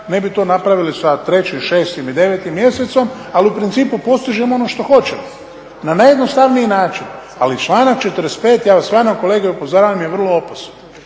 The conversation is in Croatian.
ne bi to napravili sa 3., 6.i 9.mjesecom ali u principu postižemo ono što hoćemo na najjednostavniji način. Ali članak 45.ja vas stvarno kolege upozoravam je vrlo opasan.